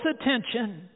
attention